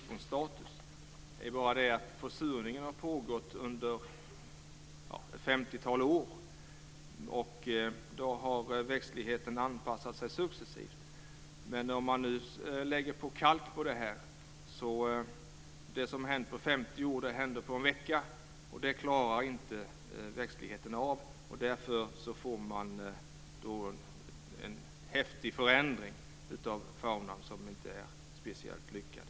Fru talman! Försurningen har pågått i ett 50-tal år och växtligheten har anpassat sig successivt. Det som har hänt på 50 år händer på en vecka om man lägger på kalk på detta. Det klarar inte växtligheten. Därför får man en häftig förändring av floran som inte är speciellt lyckad.